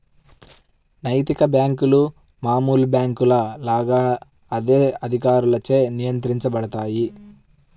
నైతిక బ్యేంకులు మామూలు బ్యేంకుల లాగా అదే అధికారులచే నియంత్రించబడతాయి